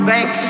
Bank